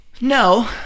No